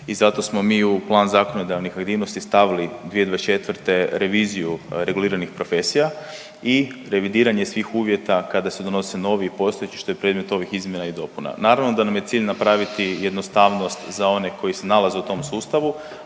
I zato smo mi u plan zakonodavnih aktivnosti stavili 2024. reviziju reguliranih profesija i revidiranje svih uvjeta kada se donose novi i postojeći što je predmet ovih izmjena i dopuna. Naravno da nam je cilj napraviti jednostavnost za one koji se nalaze u tom sustavu,